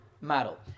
model